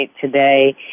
today